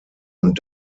und